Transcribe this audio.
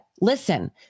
listen